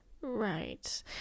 right